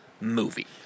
movie